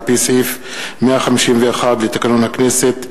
על-פי סעיף 151 לתקנון הכנסת,